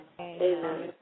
amen